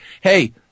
hey